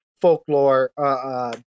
folklore